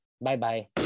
Bye-bye